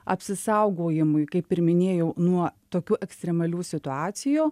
apsisaugojimui kaip ir minėjau nuo tokių ekstremalių situacijų